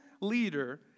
leader